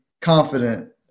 confident